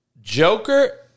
Joker